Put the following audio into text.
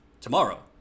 tomorrow